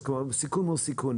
risk, כלומר סיכון מול סיכון.